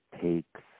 takes